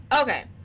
okay